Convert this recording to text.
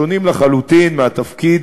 שונים לחלוטין מהתפקיד